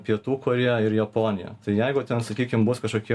pietų korėja ir japonija tai jeigu ten sakykim bus kažkokie